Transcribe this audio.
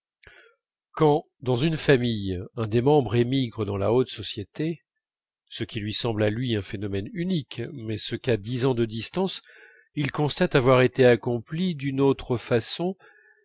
quand dans une famille un des membres émigre dans la haute société ce qui lui semble à lui un phénomène unique mais ce qu'à dix ans de distance il constate avoir été accompli d'une autre façon